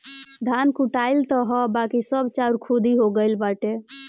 धान कुटाइल तअ हअ बाकी सब चाउर खुद्दी हो गइल बाटे